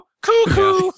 Cuckoo